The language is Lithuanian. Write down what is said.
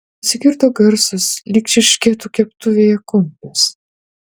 pasigirdo garsas lyg čirškėtų keptuvėje kumpis